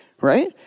Right